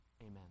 Amen